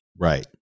Right